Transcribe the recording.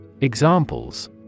Examples